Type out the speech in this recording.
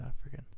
African